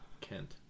Kent